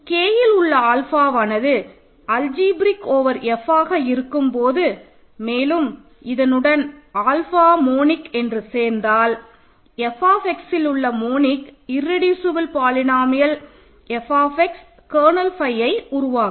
Kஇல் உள்ள ஆல்ஃபாவானது algebraic over F ஆக இருக்கும்போது மேலும் இதனுடன் ஆல்ஃபா மோனிக் என்று சேர்த்தால் Fxஇல் உள்ள monic irreducible polynomial f kernel ஃபையை உருவாக்கும்